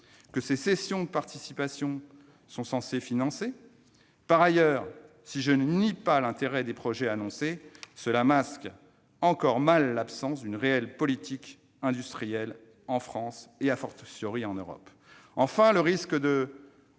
que ces cessions de participations sont censées financer. Par ailleurs, si je ne nie pas l'intérêt des projets annoncés, ceux-ci masquent encore mal l'absence d'une réelle politique industrielle en France et en Europe. Enfin, le risque de